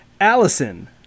Allison